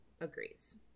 agrees